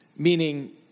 meaning